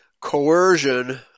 coercion